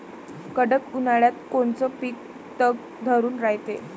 कडक उन्हाळ्यात कोनचं पिकं तग धरून रायते?